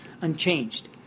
unchanged